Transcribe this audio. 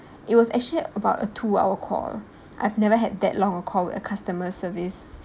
it was actually about a two-hour call I've never had that long a call with a customer service